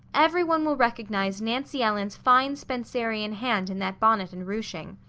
everyone will recognize nancy ellen's fine spencerian hand in that bonnet and ruching.